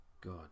God